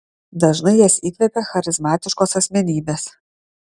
dažnai jas įkvepia charizmatiškos asmenybės